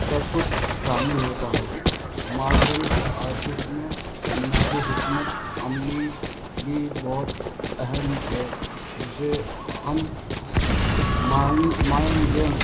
سب کچھ شامل ہوتا ہے مارشل آرٹس میں دماغی حکمت عملی بھی بہت اہم ہے جسے ہم مائنڈ مائنڈ گیم